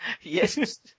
Yes